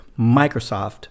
Microsoft